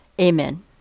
Amen